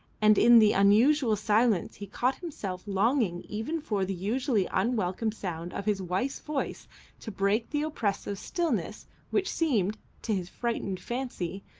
and in the unusual silence he caught himself longing even for the usually unwelcome sound of his wife's voice to break the oppressive stillness which seemed, to his frightened fancy,